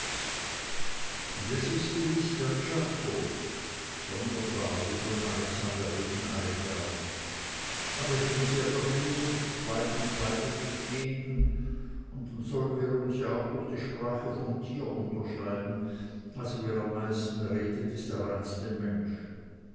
das is gewiß der czako sonderbar die von alexander reden alle gern aber ich bin sehr dafür schweigen kleidt nicht jeden und dann sollen wir uns ja auch durch die sprache vom tier unterscheiden also wer am meisten redt ist der reinste mensch